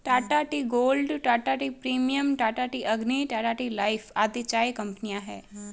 Tata tea gold, Tata tea premium, Tata tea Agni, Tata tea life आदि चाय कंपनियां है